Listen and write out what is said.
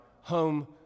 home